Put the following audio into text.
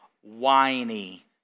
whiny